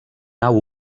nau